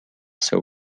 seu